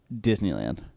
Disneyland